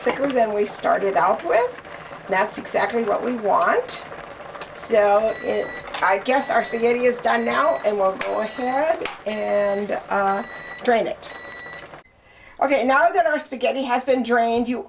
thicker than we started out with that's exactly what we want so i guess our spaghetti is done now and well go ahead and drain it ok now that our spaghetti has been drained you